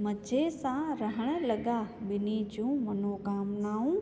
मज़े सां रहण लॻा ॿिनि जूं मनोकामनाऊं